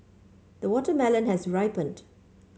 the watermelon has ripened